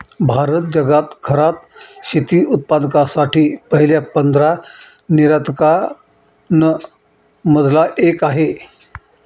भारत जगात घरात शेती उत्पादकांसाठी पहिल्या पंधरा निर्यातकां न मधला एक आहे